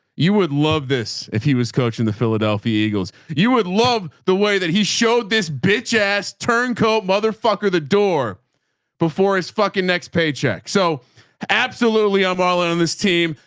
you would love this. if he was coaching the philadelphia eagles, you would love the way that he showed this bitch ass turncoat motherfucker, the door before his fucking next paycheck. so absolutely i'm all in on this team.